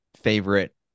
favorite